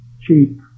cheap